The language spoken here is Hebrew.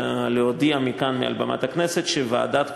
להודיע מכאן, מעל במת הכנסת,